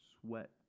sweat